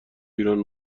ایران